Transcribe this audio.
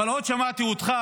עוד שמעתי אותך